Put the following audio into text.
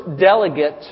delegate